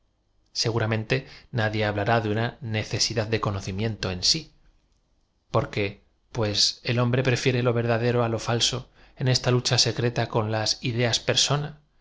mente nadie hablará de una necesidad de conoci miento eu si por qué pues el hombre prefiere lo verdadero á lo falso en esta lucha secrtia coa laa ideaspersonas